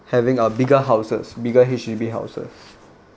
having a bigger houses bigger H_D_B houses